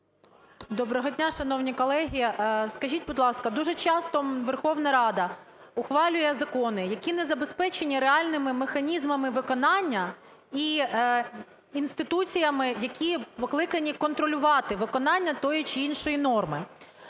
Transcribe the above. Доброго дня, шановні колеги! Скажіть, будь ласка, дуже часто Верховна Рада ухвалює закони, які не забезпечені реальними механізмами виконання і інституціями, які покликані контролювати виконання тої чи іншої норми.